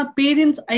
parents